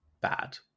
bad